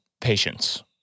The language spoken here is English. patience